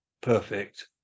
perfect